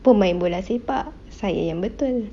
pemain bola sepak saya yang betul